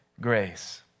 grace